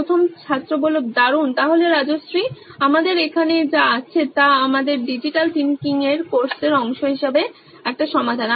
প্রথম ছাত্র দারুণ তাহলে রাজশ্রী আমাদের এখানে যা আছে তা আমাদের ডিজাইন থিংকিং কোর্সের অংশ হিসাবে একটি সমাধান